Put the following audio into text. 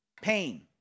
pain